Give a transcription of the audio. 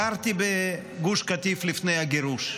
גרתי בגוש קטיף לפני הגירוש.